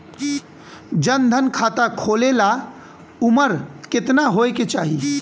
जन धन खाता खोले ला उमर केतना होए के चाही?